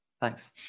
thanks